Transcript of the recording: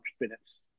minutes